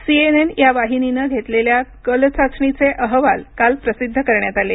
CNN या वाहिनीनं घेतलेल्या कल चाचणीचे अहवाल काल प्रसिद्ध करण्यात आले